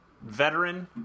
veteran